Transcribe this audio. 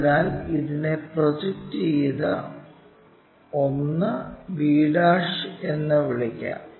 അതിനാൽ ഇതിനെ പ്രൊജക്റ്റ് ചെയ്ത 1 b' എന്ന് വിളിക്കാം